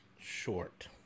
Short